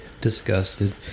disgusted